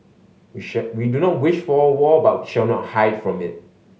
we we do not wish for a war but shall not hide from it